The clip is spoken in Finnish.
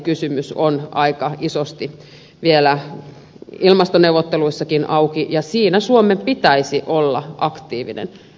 hiilinielukysymys on aika isosti vielä ilmastoneuvotteluissakin auki ja siinä suomen pitäisi olla aktiivinen